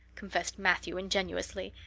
confessed matthew ingenuously.